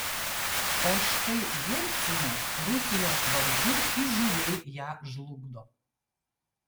o štai jelcinas rusijos vardu įžūliai ją žlugdo